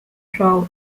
draw